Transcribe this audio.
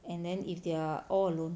and then if they are all alone